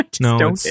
no